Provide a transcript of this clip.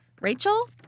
Rachel